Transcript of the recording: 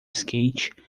skate